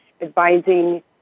advising